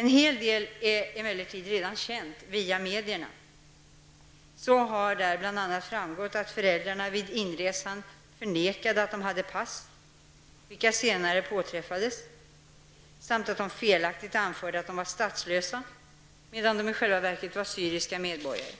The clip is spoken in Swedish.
En hel del är emellertid redan känt via media. Så har där bl.a. framgått att föräldrarna vid inresan förnekade att de hade pass, vilka dock senare påträffades, samt att de felaktigt anförde att de var statslösa, medan de i själva verket var syriska medborgare.